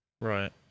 Right